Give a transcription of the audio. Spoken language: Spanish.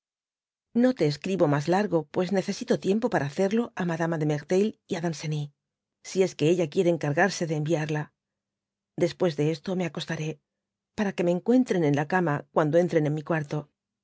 no te escribo mas largo pues necesito tiempo para hacerlo á madama de merteuil y á danceny si es que ella quiere encargarse de enviarla después de esto me acostaré para que me encuentren en la cama cuando entren en mi cuarto